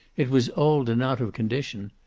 it was old and out of condition.